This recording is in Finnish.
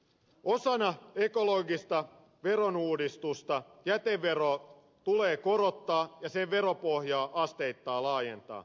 osana ekologista verouudistusta jäteveroa tulee korottaa ja sen veropohjaa asteittain laajentaa